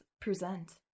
present